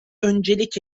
öncelik